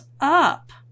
up